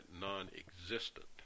non-existent